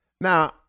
Now